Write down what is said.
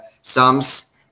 sums